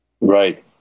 Right